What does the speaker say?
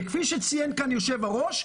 כפי שציין יושב-הראש,